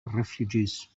refugees